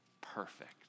Perfect